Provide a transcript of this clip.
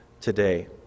today